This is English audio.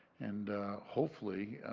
and hopefully,